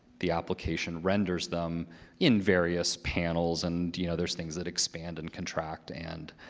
the application renders them in various panels. and you know there's things that expand and contract and